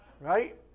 Right